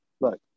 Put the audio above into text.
Look